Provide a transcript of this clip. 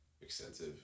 extensive